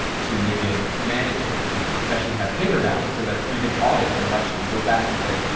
to make it mandatory to especially have paper ballots, so that you can audit an election go back and say,